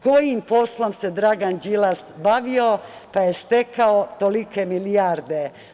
Kojim poslom se Dragan Đilas bavio pa je stekao tolike milijarde?